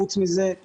חוץ מזה,